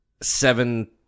seven